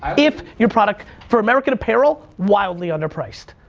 um if your product, for american apparel, wildly under priced.